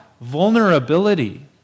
vulnerability